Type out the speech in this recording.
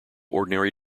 ordinary